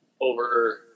over